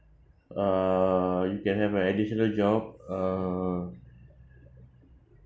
uh you can have an additional job uh